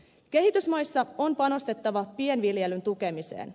kehitysmaissa on panostettava pienviljelyn tukemiseen